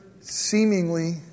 seemingly